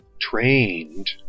trained